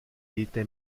lite